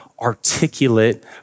articulate